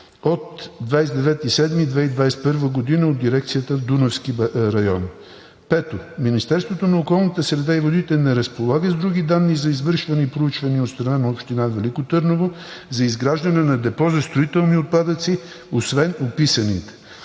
от 29 юли 2021 г. от дирекцията в „Дунавски район“. Пето – Министерството на околната среда и водите не разполага с други данни за извършване и проучване от страна на община Велико Търново за изграждане на депо за строителни отпадъци освен описаните.